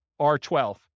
R12